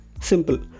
Simple